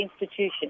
institution